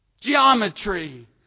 geometry